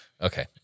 Okay